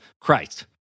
Christ